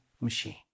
machine